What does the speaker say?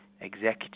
executive